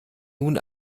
nun